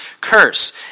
curse